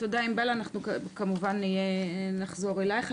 תודה ענבל, אנחנו כמובן נחזור אלייך.